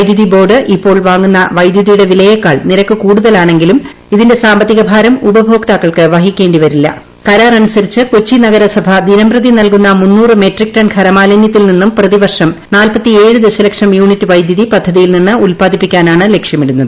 വൈദ്യുതി ബോർഡ് ഇപ്പോൾ വാങ്ങുന്ന വൈദ്യുതിയുടെ വിലയേക്കാൾ നിരക്ക് കൂടുതലാണെങ്കിലും ഇതിന്റെ സാമ്പത്തിക ഭാരം ഉപഭോക്താക്കൾക്കു വഹിക്കേണ്ടി വരില്ലു കരാറനുസരിച്ച് കൊച്ചി നഗരസഭ ദിനംപ്രതി നൽകുന്ന കൃഷ്ണ ടൺ ഖരമാലിനൃത്തിൽനിന്നും പ്രതിവർഷ്ടം ൂർ ദ്രശക്ഷം യൂണിറ്റ് വൈദ്യുതി പദ്ധതിയിൽ നിന്ന് ഉത്പാദിപ്പിക്കാന്മാണ് ലക്ഷ്യമിടുന്നത്